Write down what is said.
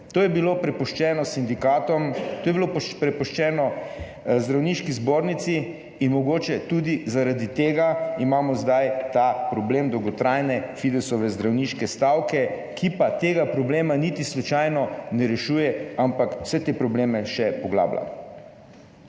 To je bilo prepuščeno Zdravniški zbornici in mogoče imamo tudi zaradi tega zdaj ta problem dolgotrajne Fidesove zdravniške stavke, ki pa tega problema niti slučajno ne rešuje, ampak vse te probleme še poglablja.